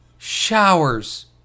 showers